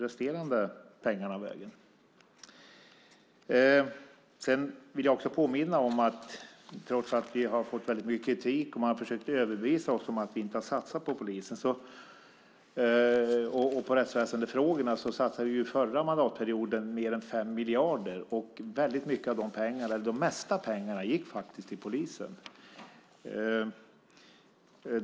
Jag vill också påminna om att trots att vi har fått mycket kritik och trots att man har försökt överbevisa oss när det gäller att vi inte har satsat på polisen och på rättsväsendefrågorna satsade vi under förra mandatperioden mer än 5 miljarder. Det mesta av de pengarna gick till polisen.